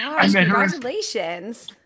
congratulations